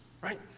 Right